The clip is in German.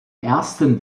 ersten